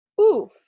oof